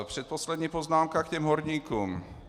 Předposlední poznámka k těm horníkům.